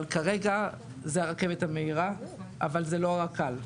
אבל כרגע זו הרכבת המהירה, זו לא הרק"ל.